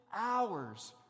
hours